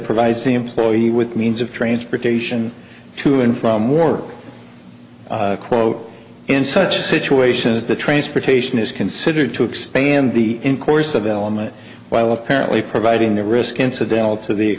provides the employee with means of transportation to and from or quote in such a situation as the transportation is considered to expand the in course of element while apparently providing the risk incidental to the